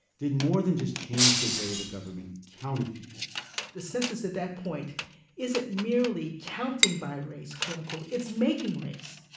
did more than just change the way the government counted people the census at that point isn't merely counting by race, quote-unquote, it's making race.